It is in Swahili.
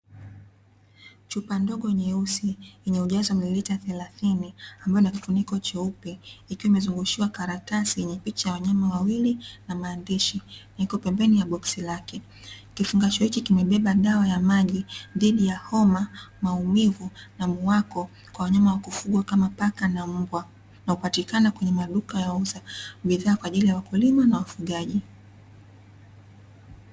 Chupa ndogo nyeusi yenye ujazo milimita thelathini ambayo inakifuniko cheupe ikiwa imezungushiwa karatasi yenye picha ya wanyama wawili na maandishi iko pembeni ya boksi lake, kifungashio hiki kimebeba dawa ya maji dhidi ya homa, maumivu na muwako kwa wanyama wa kufugwa kama paka na mbwa na hupatikana kwenye maduka ya wauza bidhaa kwa ajili ya wakulima na wafugaji .